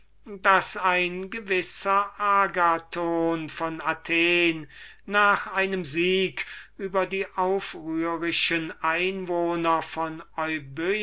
daß ein gewisser agathon von athen nach einem sieg über die aufrührischen einwohner von